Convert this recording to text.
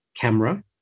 camera